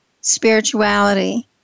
spirituality